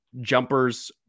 jumpers